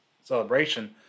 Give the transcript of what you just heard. celebration